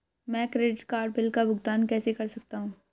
मैं credit card bill का भुगतान कैसे कर सकता हूं?